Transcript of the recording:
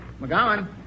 McGowan